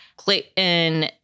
Clayton